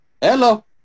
Hello